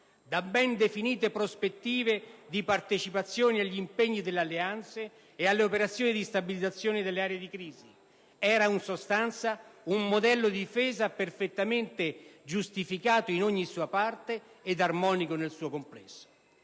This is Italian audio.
da ben definite prospettive di partecipazione agli impegni delle alleanze e alle operazioni di stabilizzazione delle aree di crisi. Era, in sostanza, un modello di difesa perfettamente giustificato in ogni sua parte ed armonico nel suo complesso.